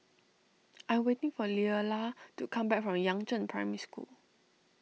I waiting for Leala to come back from Yangzheng Primary School